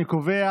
אני קובע